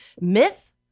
myth